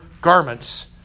garments